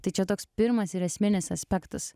tai čia toks pirmas ir esminis aspektas